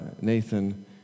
Nathan